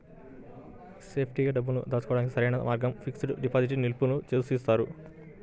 సేఫ్టీగా డబ్బుల్ని దాచుకోడానికి సరైన మార్గంగా ఫిక్స్డ్ డిపాజిట్ ని నిపుణులు సూచిస్తున్నారు